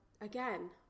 again